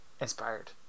inspired